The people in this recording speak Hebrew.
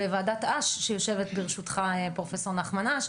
ועדת אש, בראשותך, פרופ' נחמן אש,